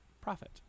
profit